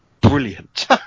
brilliant